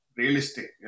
realistic